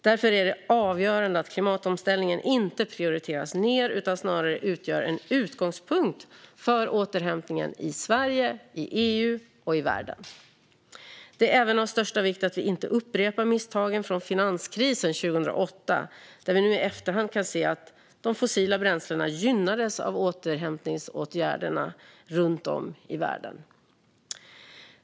Därför är det avgörande att klimatomställningen inte prioriteras ned utan snarare utgör en utgångspunkt för återhämtningen i Sverige, i EU och i världen. Det är även av största vikt att vi inte upprepar misstagen från finanskrisen 2008, där vi nu i efterhand kan se att de fossila bränslena gynnades av återhämtningsåtgärderna runt om i världen.